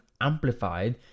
amplified